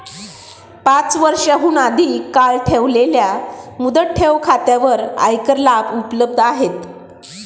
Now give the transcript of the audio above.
पाच वर्षांहून अधिक काळ ठेवलेल्या मुदत ठेव खात्यांवर आयकर लाभ उपलब्ध आहेत